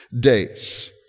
days